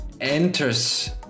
enters